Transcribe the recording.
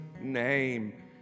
name